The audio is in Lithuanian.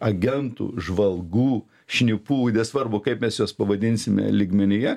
agentų žvalgų šnipų nesvarbu kaip mes juos pavadinsime lygmenyje